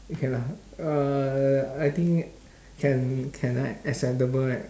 okay lah uh I think can can right acceptable right